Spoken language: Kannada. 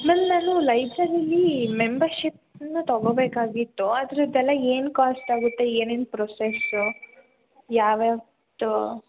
ಮ್ಯಾಮ್ ನಾನು ಲೈಬ್ರೇರಿಲೀ ಮೆಂಬರ್ಶಿಪ್ನ ತಗೋಬೇಕಾಗಿತ್ತು ಆದರೆ ಅದೆಲ್ಲ ಏನು ಕಾಸ್ಟ್ ಆಗುತ್ತೆ ಏನೇನು ಪ್ರೊಸೆಸ್ಸು ಯಾವ್ಯಾವ ತಾ